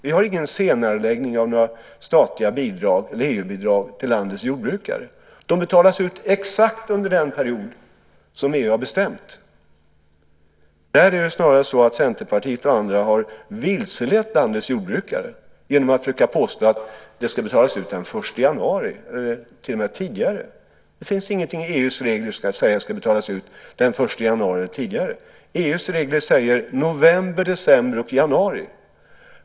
Vi har ingen senareläggning av några statliga bidrag eller EU-bidrag till landets jordbrukare. De betalas ut exakt under den period som EU har bestämt. Där är det snarare så att Centerpartiet och andra har vilselett landets jordbrukare genom att påstå att de ska betalas ut den 1 januari och till och med tidigare. Det finns ingenting i EU:s regler som säger att de ska betalas ut den 1 januari eller tidigare. EU:s regler säger: november, december och januari.